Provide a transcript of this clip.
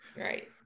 right